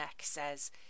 says